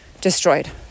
destroyed